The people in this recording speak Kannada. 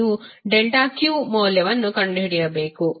ನೀವು ∆q ಮೌಲ್ಯವನ್ನು ಕಂಡುಹಿಡಿಯಬೇಕು